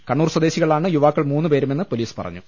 കണ്ണൂർ സ്വദേശികളാണ് യുവാക്കൾ മൂന്നുപേരുമെന്ന് പോലീസ് പറഞ്ഞു